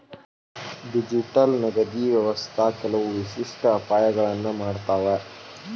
digital ನಗದಿನ್ ವ್ಯವಸ್ಥಾ ಕೆಲವು ವಿಶಿಷ್ಟ ಅಪಾಯಗಳನ್ನ ಮಾಡತಾವ